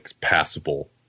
passable